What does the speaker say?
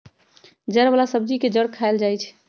जड़ वाला सब्जी के जड़ खाएल जाई छई